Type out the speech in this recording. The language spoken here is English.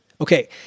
Okay